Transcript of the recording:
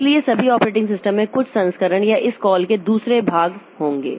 इसलिए सभी operating system में कुछ संस्करण या इस कॉल के दूसरे भाग होंगे